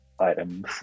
items